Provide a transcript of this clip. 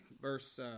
verse